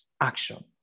action